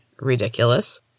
ridiculous